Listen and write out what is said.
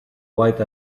white